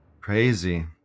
Crazy